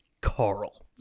Carl